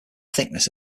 thickness